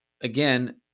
again